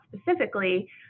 specifically